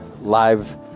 live